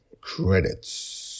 Credits